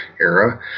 era